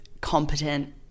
competent